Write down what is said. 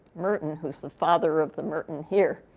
merton, who's the father of the merton here,